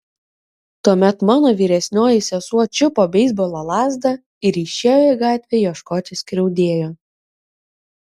tuomet mano vyresnioji sesuo čiupo beisbolo lazdą ir išėjo į gatvę ieškoti skriaudėjo